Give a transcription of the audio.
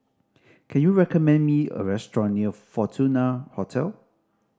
can you recommend me a restaurant near Fortuna Hotel